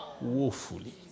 woefully